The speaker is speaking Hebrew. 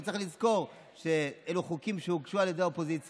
צריך לזכור שאלו חוקים שהוגשו על ידי האופוזיציה,